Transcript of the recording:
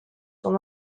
son